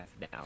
now